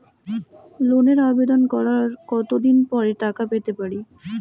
লোনের আবেদন করার কত দিন পরে টাকা পেতে পারি?